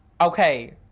Okay